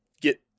get